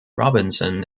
robinson